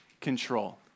control